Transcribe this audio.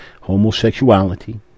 homosexuality